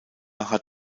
hat